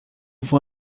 vou